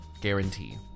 Guarantee